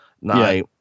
now